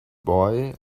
boy